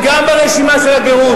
היא גם ברשימה של הגירוש.